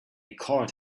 card